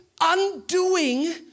undoing